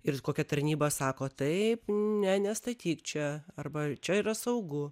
ir kokia tarnyba sako taip ne nestatyk čia arba čia yra saugu